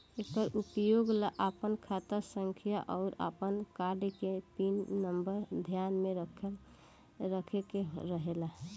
एकर उपयोग ला आपन खाता संख्या आउर आपन कार्ड के पिन नम्बर ध्यान में रखे के रहेला